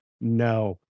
no